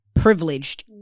privileged